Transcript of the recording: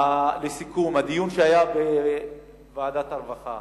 לסיכום, בדיון בוועדת העבודה והרווחה